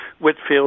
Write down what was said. Whitfield